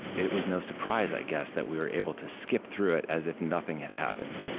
it was no surprise, i guess, that we were able to skip through it as if nothing had happened.